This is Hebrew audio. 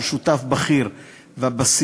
שהוא שותף בכיר בסיוע,